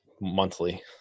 monthly